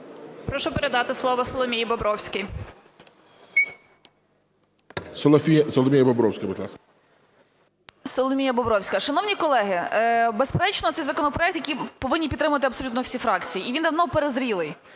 Прошу передати слово Соломії Бобровській. ГОЛОВУЮЧИЙ. Соломія Бобровська, будь ласка. 13:02:09 БОБРОВСЬКА С.А. Соломія Бобровська. Шановні колеги, безперечно, це законопроект, який повинні підтримати абсолютно всі фракції, і він давно перезрілий.